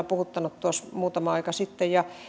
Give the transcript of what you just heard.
puhuttanut tuossa muutama aika sitten ja